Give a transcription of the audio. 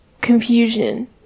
confusion